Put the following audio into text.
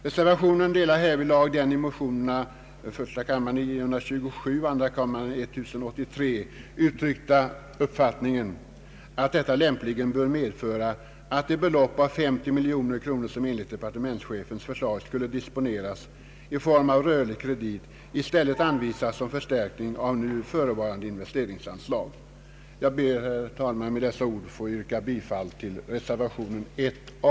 Reservanterna delar härvidlag den i motionerna I: 927 och II: 1083 uttryckta uppfattningen att detta lämpligen bör medföra att det belopp av 50 miljoner kronor som enligt departementschefens förslag skulle disponeras i form av rörlig kredit i Jag ber, herr talman, med dessa ord att få yrka bifall till reservation 1 a.